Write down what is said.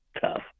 tough